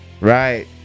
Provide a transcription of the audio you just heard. Right